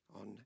on